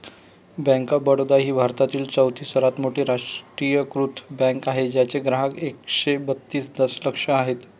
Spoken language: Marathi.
बँक ऑफ बडोदा ही भारतातील चौथी सर्वात मोठी राष्ट्रीयीकृत बँक आहे ज्याचे ग्राहक एकशे बत्तीस दशलक्ष आहेत